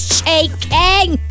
shaking